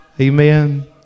Amen